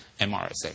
MRSA